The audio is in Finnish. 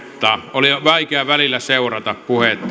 oli vaikea välillä seurata puhetta